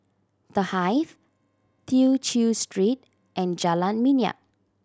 The Hive Tew Chew Street and Jalan Minyak